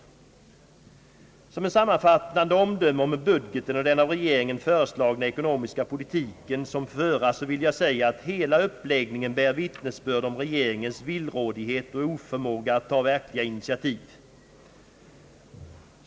Såsom ett sammanfattande omdöme om budgeten och den av regeringen föreslagna ekonomiska politik som bör föras vill jag säga, att hela uppläggningen bär vittnesbörd om regeringens villrådighet och oförmåga att ta verkliga initiativ.